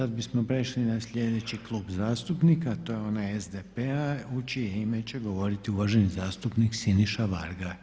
Sada bismo prešli na sljedeći Klub zastupnika a to je onaj SDP-a u čije ime će govoriti uvaženi zastupnik Siniša Varga.